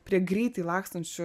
prie greitai lakstančių